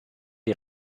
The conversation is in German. die